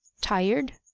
tired